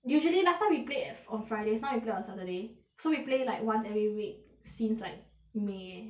usually last time we played on fridays now we play on saturday so we play like once every week since like may